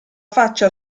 faccia